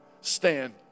Stand